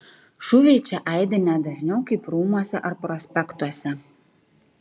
šūviai čia aidi ne dažniau kaip rūmuose ar prospektuose